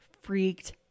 freaked